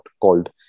called